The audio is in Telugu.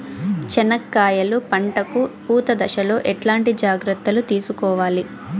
చెనక్కాయలు పంట కు పూత దశలో ఎట్లాంటి జాగ్రత్తలు తీసుకోవాలి?